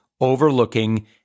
overlooking